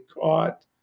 caught